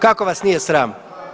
Kako vas nije sram?